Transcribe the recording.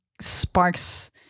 sparks